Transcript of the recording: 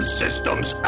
systems